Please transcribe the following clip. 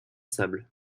sable